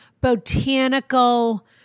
botanical